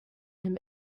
him